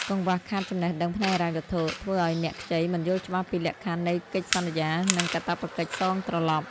កង្វះខាតចំណេះដឹងផ្នែកហិរញ្ញវត្ថុ ធ្វើឱ្យអ្នកខ្ចីមិនយល់ច្បាស់ពីលក្ខខណ្ឌនៃកិច្ចសន្យា និងកាតព្វកិច្ចសងត្រឡប់។